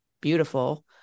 beautiful